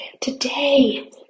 Today